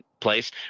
place